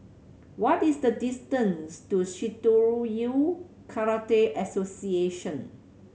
what is the distance to Shitoryu Karate Association